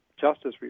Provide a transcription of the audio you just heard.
Justice